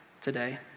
today